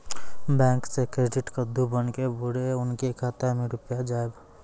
Bank से credit कद्दू बन के बुरे उनके खाता मे रुपिया जाएब?